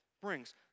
brings